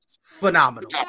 phenomenal